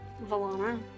Valona